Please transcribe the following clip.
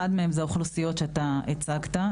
אחד מהם זה האוכלוסיות שאתה הצגת.